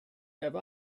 have